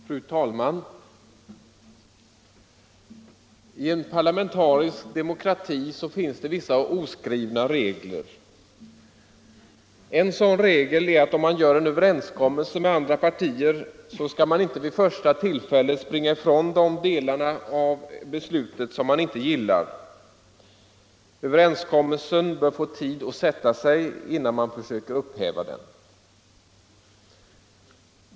Fru talman! I en parlamentarisk demokrati finns vissa oskrivna regler. En sådan regel är att om man gör en överenskommelse med andra partier skall man inte vid första tillfället springa ifrån de delar av beslutet som man inte gillar. Överenskommelsen bör få tid att sätta sig innan man försöker upphäva den.